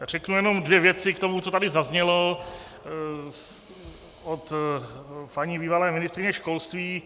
Řeknu jenom dvě věci k tomu, co tady zaznělo od paní bývalé ministryně školství.